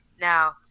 Now